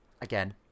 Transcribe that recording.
Again